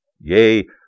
Yea